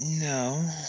No